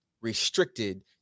restricted